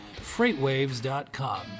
freightwaves.com